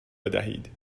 بدهید